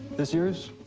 this yours?